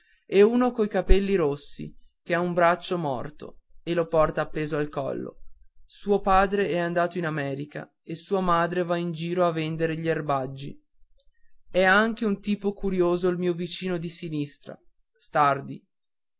e uno coi capelli rossi che ha un braccio morto e lo porta appeso al collo suo padre è andato in america e sua madre va attorno a vendere erbaggi è anche un tipo curioso il mio vicino di sinistra stardi